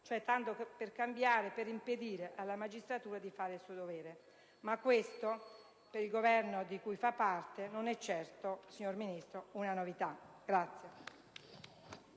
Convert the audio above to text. cioè, tanto per cambiare, per impedire alla magistratura di fare il suo dovere. Ma questo, per il Governo di cui fa parte, non è certo, signor Ministro, una novità.